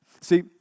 see